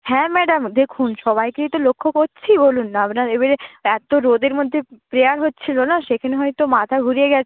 হ্যাঁ ম্যাডাম দেখুন সবাইকেই তো লক্ষ্য করছি বলুন না আপনার এবারে এত রোদের মধ্যে প্রেয়ার হচ্ছিল না সেখানে হয়তো মাথা ঘুরিয়ে গেছে